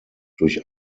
durch